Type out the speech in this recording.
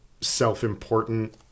self-important